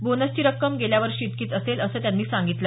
बोनसची रक्कम गेल्यावर्षी इतकीच असेल असं त्यांनी सांगितलं